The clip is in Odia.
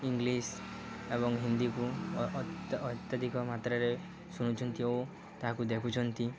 ଇଂଲିଶ୍ ଏବଂ ହିନ୍ଦୀକୁ ଅତ୍ୟଧିକ ମାତ୍ରାରେ ଶୁଣୁଛନ୍ତି ଓ ତାହାକୁ ଦେଖୁଛନ୍ତି